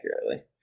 accurately